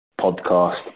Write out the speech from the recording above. podcast